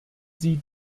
sie